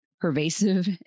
pervasive